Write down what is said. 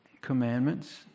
commandments